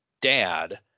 dad